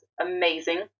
amazing